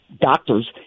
doctors